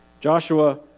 Joshua